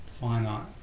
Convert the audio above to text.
finite